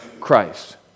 Christ